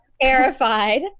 terrified